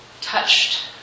touched